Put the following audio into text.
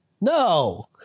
No